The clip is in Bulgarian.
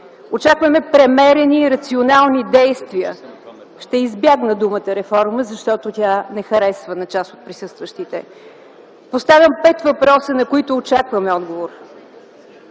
очакваме премерени и рационални действия. Ще избегна думата „реформа”, защото тя не харесва на част от присъстващите. Поставям пет въпроса, на които очакваме отговор: